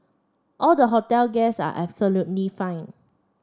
all the hotel guests are absolutely fine